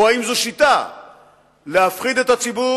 או האם זו שיטה להפחיד את הציבור,